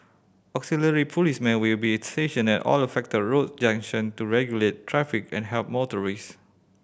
Auxiliary policemen will be stationed at all affected road junction to regulate traffic and help motorist